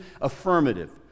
affirmative